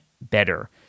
better